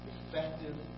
Effective